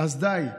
די,